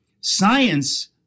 science